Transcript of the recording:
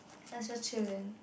let's just chill then